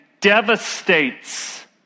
devastates